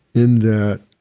in that,